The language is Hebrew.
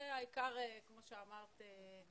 העיקר, כמו שאמרת,